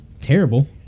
terrible